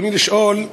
רצוני לשאול: